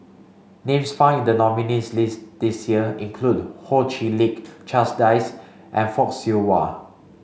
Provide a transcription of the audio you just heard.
names found in the nominees' list this year include Ho Chee Lick Charles Dyce and Fock Siew Wah